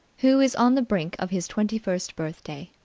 who is on the brink of his twenty-first birthday,